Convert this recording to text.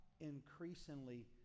increasingly